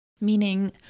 meaning